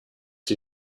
sie